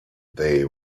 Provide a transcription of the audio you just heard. they